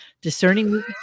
Discerning